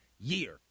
year